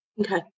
Okay